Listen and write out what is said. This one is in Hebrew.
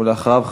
ואחריו,